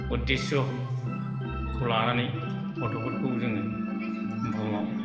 उद्देस'खौ लानानै गथ'फोरखौ जों बुहुमाव